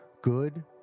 good